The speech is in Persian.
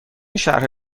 شرح